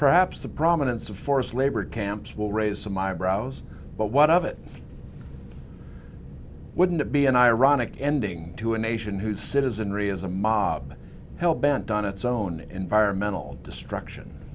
perhaps the prominence of forced labor camps will raise some eyebrows but what of it wouldn't be an ironic ending to a nation whose citizenry is a mob hell bent on its own environmental destruction